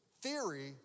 Theory